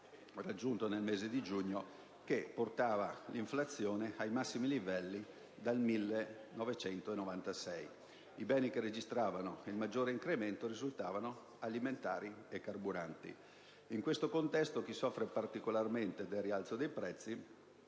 raggiunta nel mese di giugno - arrivando ai massimi livelli dal 1996. I beni che registravano il maggiore incremento risultavano quelli alimentari e i carburanti. In questo contesto, a soffrire particolarmente del rialzo dei prezzi